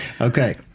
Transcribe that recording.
Okay